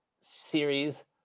series